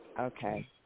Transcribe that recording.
Okay